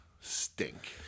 stink